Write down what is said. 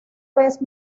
vez